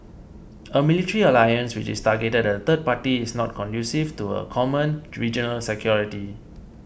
a military alliance which is targeted at a third party is not conducive to common regional security